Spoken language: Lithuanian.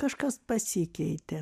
kažkas pasikeitė